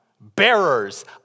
bearers